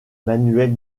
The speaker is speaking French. manuels